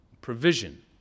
Provision